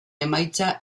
emaitza